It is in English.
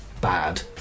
bad